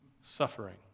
Suffering